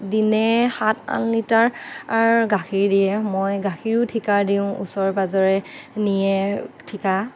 দিনে সাত আঠ লিটাৰ গাখীৰ দিয়ে মই গাখীৰো ঠিকাৰ দিওঁ ওচৰে পাজৰে নিয়ে ঠিকা